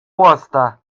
wasta